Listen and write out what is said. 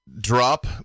drop